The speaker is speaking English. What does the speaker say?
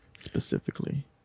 specifically